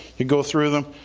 you go through them.